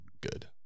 good